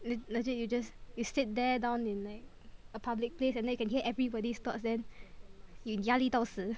le~ legit you just you sit there down in like a public place then you can hear everybody's thoughts then you 压力到死